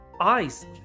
eyes